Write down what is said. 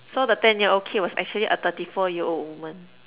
so the ten year old kid was actually a thirty four year old woman